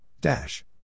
Dash